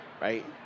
Right